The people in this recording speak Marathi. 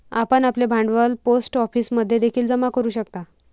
आपण आपले भांडवल पोस्ट ऑफिसमध्ये देखील जमा करू शकता